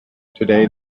today